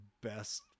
best